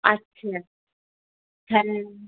আচ্ছা হ্যাঁ